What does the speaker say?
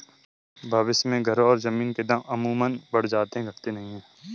भविष्य में घर और जमीन के दाम अमूमन बढ़ जाते हैं घटते नहीं